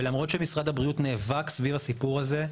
ולמרות שמשרד הבריאות נאבק סביב הסיפור הזה,